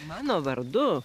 mano vardu